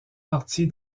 partie